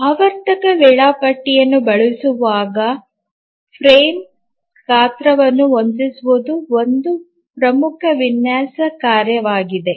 ಆವರ್ತಕ ವೇಳಾಪಟ್ಟಿಯನ್ನು ಬಳಸುವಾಗ ಫ್ರೇಮ್ ಗಾತ್ರವನ್ನು ಹೊಂದಿಸುವುದು ಒಂದು ಪ್ರಮುಖ ವಿನ್ಯಾಸ ಕಾರ್ಯವಾಗಿದೆ